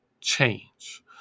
change